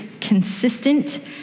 consistent